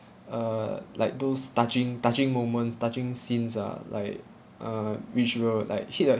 uh like those touching touching moments touching scenes ah like uh which will like hit your